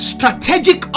Strategic